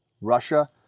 Russia